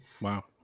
wow